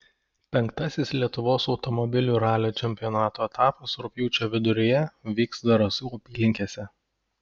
penktasis lietuvos automobilių ralio čempionato etapas rugpjūčio viduryje vyks zarasų apylinkėse